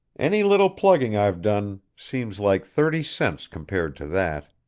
any little plugging i've done seems like thirty cents compared to that.